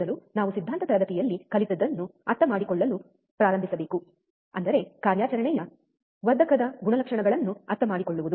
ಮೊದಲು ನಾವು ಸಿದ್ಧಾಂತ ತರಗತಿಯಲ್ಲಿ ಕಲಿತದ್ದನ್ನು ಅರ್ಥಮಾಡಿಕೊಳ್ಳಲು ಪ್ರಾರಂಭಿಸಬೇಕು ಅಂದರೆ ಕಾರ್ಯಾಚರಣೆಯ ವರ್ಧಕದ ಗುಣಲಕ್ಷಣಗಳನ್ನು ಅರ್ಥಮಾಡಿಕೊಳ್ಳುವುದು